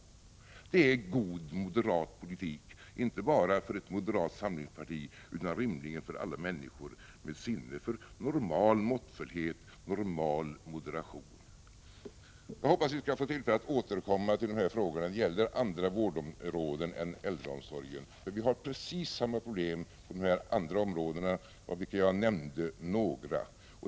Det är god moderat politik, inte bara för ett moderat samlingsparti utan rimligen för alla människor med sinne för normal måttfullhet, normal moderation. Jag hoppas vi skall få tillfälle att återkomma till dessa frågor när det gäller andra vårdområden än äldreomsorgen, för vi har precis samma problem inom de andra områdena, av vilka jag nämnde några.